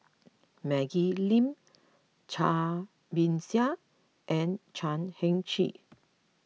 Maggie Lim Cai Bixia and Chan Heng Chee